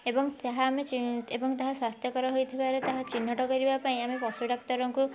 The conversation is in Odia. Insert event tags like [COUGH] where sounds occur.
ଏବଂ ତାହା ଆମେ [UNINTELLIGIBLE] ଏବଂ ତାହା ସ୍ୱାସ୍ଥ୍ୟକର ହୋଇଥିବାର ତାହା ଚିହ୍ନଟ କରିବା ପାଇଁ ଆମେ ପଶୁ ଡାକ୍ତରଙ୍କୁ